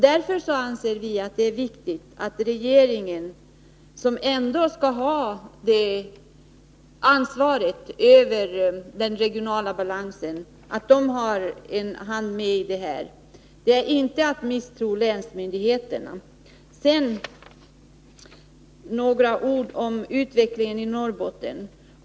Därför anser vi att det är viktigt att regeringen, som skall ha ansvaret för den regionala balansen, har sin hand med här. Det är inte att misstro länsmyndigheterna. Sedan några ord om utvecklingen i Norrbotten.